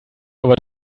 over